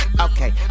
Okay